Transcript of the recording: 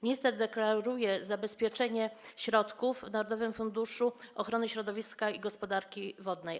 Minister deklaruje zabezpieczenie środków w Narodowym Funduszu Ochrony Środowiska i Gospodarki Wodnej.